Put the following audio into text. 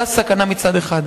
זה הסכנה מצד אחד.